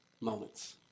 moments